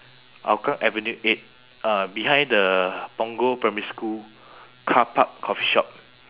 hougang avenue eight uh behind the punggol primary school carpark coffee shop